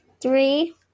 Three